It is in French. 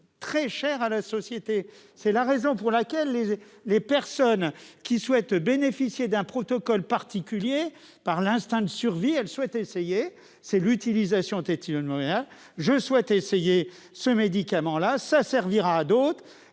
très cher à la société, c'est la raison pour laquelle les et les personnes qui souhaitent bénéficier d'un protocole particulier par l'instinct de survie, elle souhaite essayer, c'est l'utilisation tétines de Montréal je souhaite essayer ce médicament là ça servira à d'autres